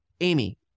Amy